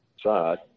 side